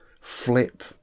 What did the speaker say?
flip